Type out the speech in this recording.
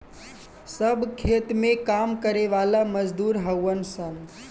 सब खेत में काम करे वाला मजदूर हउवन सन